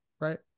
right